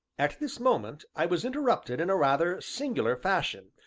at this moment i was interrupted in a rather singular fashion,